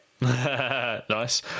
Nice